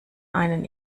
einen